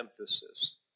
emphasis